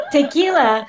Tequila